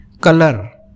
color